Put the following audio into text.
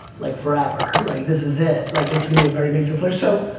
like forever, like, this is it, like, this is gonna be a very major push, so.